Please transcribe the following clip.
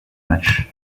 match